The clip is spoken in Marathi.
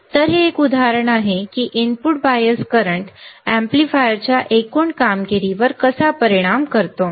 तर हे एक उदाहरण आहे की इनपुट बायस करंट एम्पलीफायरच्या एकूण कामगिरीवर कसा परिणाम करतो